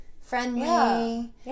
friendly